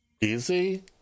Easy